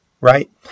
right